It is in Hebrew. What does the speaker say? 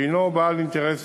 שהנו בעל אינטרס